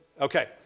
Okay